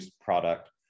product